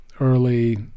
early